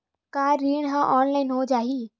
का ऋण ह ऑनलाइन हो जाही?